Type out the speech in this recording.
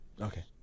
Okay